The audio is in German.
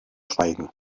schweigen